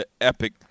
epic